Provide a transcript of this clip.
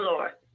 Lord